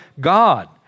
God